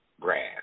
grass